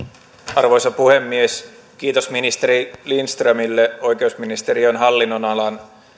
arvoisa puhemies kiitos ministeri lindströmille oikeusministeriön hallinnonalan